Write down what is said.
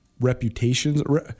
reputations